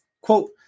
Quote